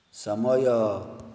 ସମୟ